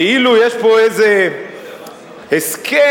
כאילו יש פה איזה הסכם,